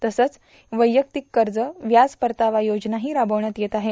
तसंच वैयक्तिक कर्ज व्याज परतावा योजनाही राबविण्यात येत आहे